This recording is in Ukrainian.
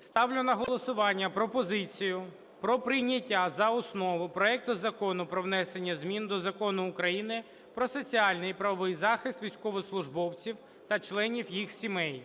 Ставлю на голосування пропозицію про прийняття за основу проекту Закону про внесення змін до Закону України "Про соціальний і правовий захист військовослужбовців та членів їх сімей".